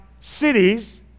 cities